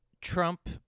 trump